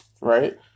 right